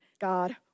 God